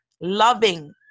loving